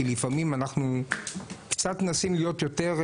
כי לפעמים אנחנו קצת מנסים להיות יותר,